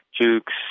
Jukes